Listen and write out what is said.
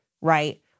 right